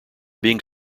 being